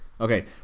Okay